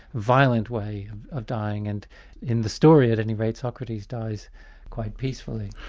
violent way of dying, and in the story at any rate, socrates dies quite peacefully.